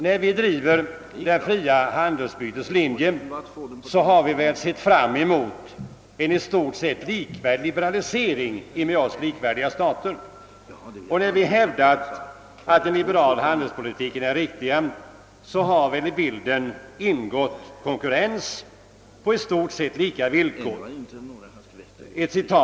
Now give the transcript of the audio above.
När vi drivit det fria handelsutbytets linje så har vi väl förutsatt en i stort sett likvärdig liberalisering i med oss likvärdiga stater. Och när vi hävdat att en liberal handelspolitik är den riktiga, så har vi väl förutsatt en konkurrens på i stort sett lika villkor. Herr talman!